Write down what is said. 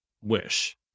wish